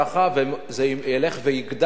וזה ילך ויגדל,